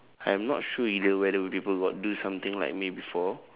I am not sure either whether people got do something like me before